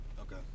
Okay